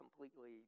completely